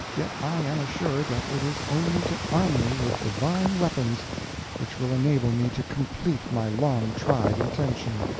yet i am assured that it is only to arm me with divine weapons which will enable me to complete my long-tried intention.